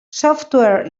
software